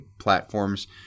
platforms